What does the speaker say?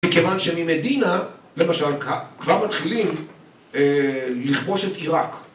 מכיוון שממדינה למשל כבר מתחילים לכבוש את עיראק